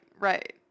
right